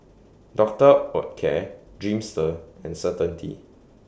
Doctor Oetker Dreamster and Certainty